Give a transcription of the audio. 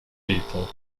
people